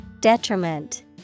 Detriment